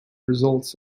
results